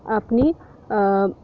अपनी